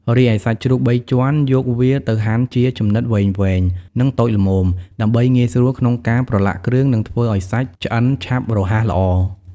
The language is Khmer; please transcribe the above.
រីឯ សាច់ជ្រូកបីជាន់យកវាទៅហាន់ជាចំណិតវែងៗ និងតូចល្មម ដើម្បីងាយស្រួលក្នុងការប្រឡាក់គ្រឿង និងធ្វើឲ្យសាច់ឆ្អិនឆាប់រហ័សល្អ ។